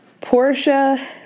Portia